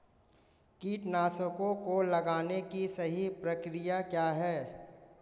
कीटनाशकों को लगाने की सही प्रक्रिया क्या है?